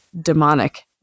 demonic